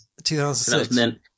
2006